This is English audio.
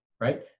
right